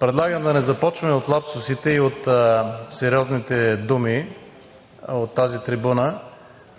предлагам да не започваме от лапсусите и от сериозните думи от тази трибуна.